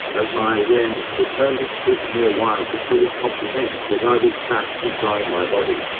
as my awareness returned, it took me a while to fully comprehend that i was trapped inside my body.